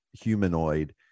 humanoid